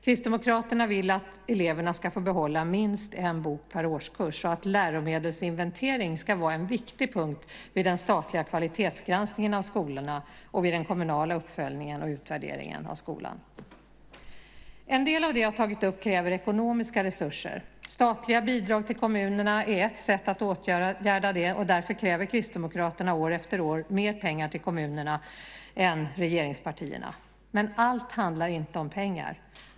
Kristdemokraterna vill att eleverna ska få behålla minst en bok per årskurs och att läromedelsinventering ska vara en viktig punkt vid den statliga kvalitetsgranskningen av skolorna och vid den kommunala uppföljningen och utvärderingen av skolorna. En del av det jag har tagit upp kräver ekonomiska resurser. Statliga bidrag till kommunerna är ett sätt att åtgärda det. Därför kräver Kristdemokraterna år efter år mer pengar till kommunerna än vad regeringspartierna kräver. Men allt handlar inte om pengar.